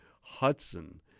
Hudson